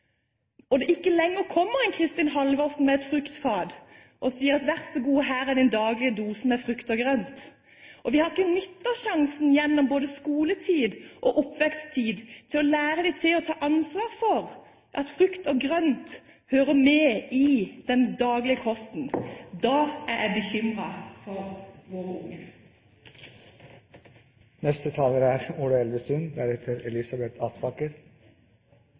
og det ikke lenger kommer en Kristin Halvorsen med et fruktfat og sier: Vær så god, her er din daglige dose med frukt og grønt. Og når vi ikke har nyttet sjansen gjennom både skoletid og oppveksttid til å lære dem å ta ansvar for at frukt og grønt hører med i den daglige kosten, er jeg bekymret for våre unge. Det er mange som har vært inne på den vanskelige økonomiske situasjonen i Europa. Den er